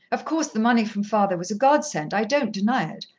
of course, the money from father was a godsend, i don't deny it.